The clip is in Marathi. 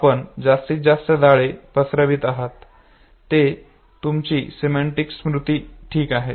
आपण जास्तीत जास्त जाळे पसरवित आहात ते म्हणजे तुमची सिमेंटिक स्मृती ठीक आहे